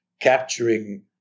capturing